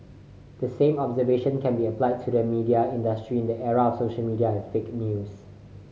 the same observation can be applied to the media industry in the era of social media and fake news